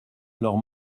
leurs